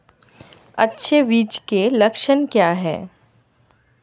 अच्छे बीज के लक्षण क्या हैं?